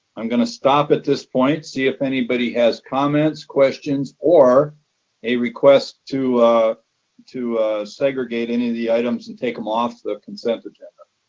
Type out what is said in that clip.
i'm going to stop at this point, see if anybody has comments, questions or a request to to segregate any of the items and take them off the consent agenda.